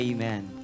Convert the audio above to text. Amen